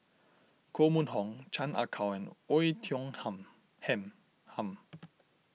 Koh Mun Hong Chan Ah Kow and Oei Tiong Ham Hen Ham